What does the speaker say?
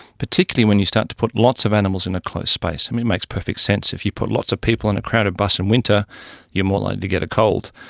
particularly when you start to put lots of animals in a closed space. i mean, it makes perfect sense, if you put lots of people in a crowded bus in winter you're more likely to get a cold.